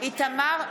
בעד איתן גינזבורג,